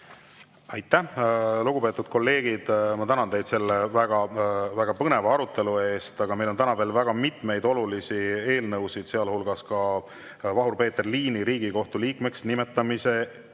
Aitäh, lugupeetud kolleegid! Ma tänan teid selle väga põneva arutelu eest, aga meil on täna veel väga mitmeid olulisi eelnõusid, sealhulgas Vahur-Peeter Liini Riigikohtu liikmeks nimetamise